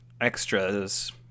extras